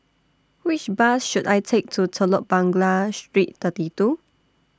Which Bus should I Take to Telok Blangah Street thirty two